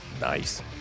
nice